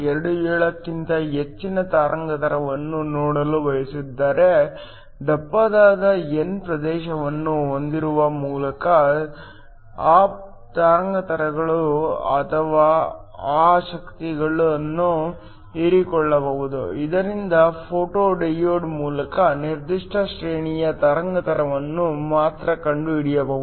27 ಕ್ಕಿಂತ ಹೆಚ್ಚಿನ ತರಂಗಾಂತರವನ್ನು ನೋಡಲು ಬಯಸದಿದ್ದರೆ ದಪ್ಪವಾದ n ಪ್ರದೇಶವನ್ನು ಹೊಂದಿರುವ ಮೂಲಕ ಆ ತರಂಗಾಂತರಗಳು ಅಥವಾ ಆ ಶಕ್ತಿಗಳನ್ನು ಹೀರಿಕೊಳ್ಳಬಹುದು ಇದರಿಂದ ಫೋಟೋ ಡಿಟೆಕ್ಟರ್ ಮೂಲಕ ನಿರ್ದಿಷ್ಟ ಶ್ರೇಣಿಯ ತರಂಗಾಂತರವನ್ನು ಮಾತ್ರ ಕಂಡುಹಿಡಿಯಬಹುದು